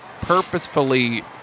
purposefully